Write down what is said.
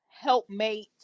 helpmate